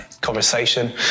conversation